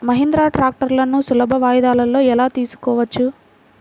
మహీంద్రా ట్రాక్టర్లను సులభ వాయిదాలలో ఎలా తీసుకోవచ్చు?